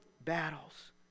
battles